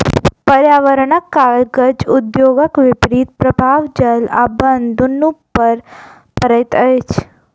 पर्यावरणपर कागज उद्योगक विपरीत प्रभाव जल आ बन दुनू पर पड़ैत अछि